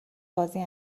بازی